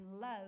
love